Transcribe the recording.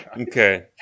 Okay